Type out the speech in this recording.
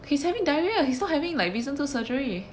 he's having diarrhoea he's not having like wisdom tooth surgery